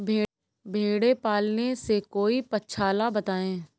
भेड़े पालने से कोई पक्षाला बताएं?